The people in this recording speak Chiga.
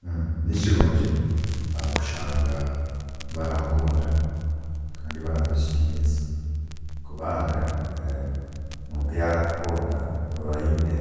Nikirungi kushanga barankunda kandi barampa ekitiinisa, kubanga omuntu yaaba arakukunda oraba oyine